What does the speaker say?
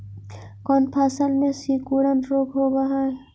कोन फ़सल में सिकुड़न रोग होब है?